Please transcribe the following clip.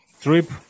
trip